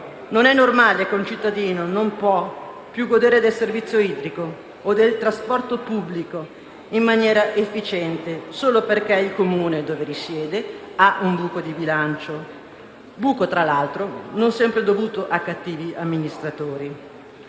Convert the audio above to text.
Non è normale che un cittadino non possa più godere del servizio idrico o del trasporto pubblico in maniera efficiente solo perché il Comune dove risiede ha un buco di bilancio! Buco, tra l'altro, non sempre dovuto a cattivi amministratori.